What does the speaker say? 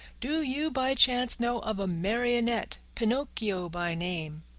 do you by chance know of a marionette, pinocchio by name?